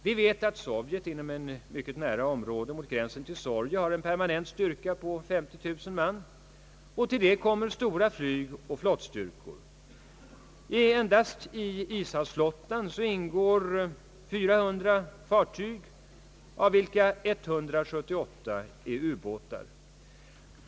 Vi vet att Sovjet inom ett område mycket nära gränsen till Norge har en permanent styrka på 50 000 man. Till detta kommer stora flygoch flottstyrkor. Endast i ishavsflottan ingår 400 fartyg, av vilka 178 är u-båtar.